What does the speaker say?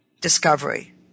discovery